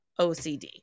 OCD